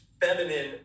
feminine